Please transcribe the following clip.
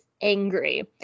angry